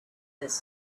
this